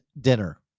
dinner